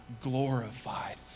glorified